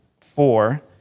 four